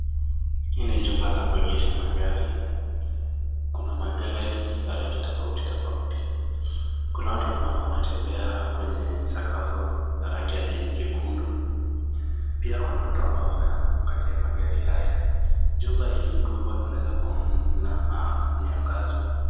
Hii ni jumba la kuegesha magari. Kuna magari ya rangi tofauti tofauti. Kuna watu ambao wanatembea kwenye sakafu ya rangi jekundu pia kuna watu ambao wanaangalia magari haya. Jumba hii ni kubwa na unaweza kuona miangazo.